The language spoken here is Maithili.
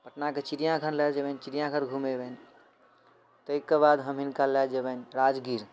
पटनाके चिड़िआघर लऽ जेबनि चिड़िआघर घुमेबनि ताहिके बाद हम हिनका लऽ जेबनि राजगीर